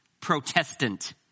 protestant